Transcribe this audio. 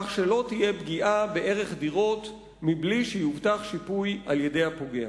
כך שלא תהיה פגיעה בערך דירות בלי שיובטח שיפוי על-ידי הפוגע.